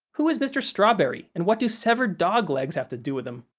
who is mr. strawberry, and what do severed dog legs have to do with him?